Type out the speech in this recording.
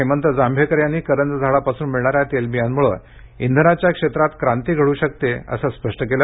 हेमंत जांभेकर यांनी करंज झाडापासून मिळणाऱ्या तेलबियांमुळे इंधनाच्या क्षेत्रात क्रांती घड्र शकत असल्याचं स्पष्ट केलं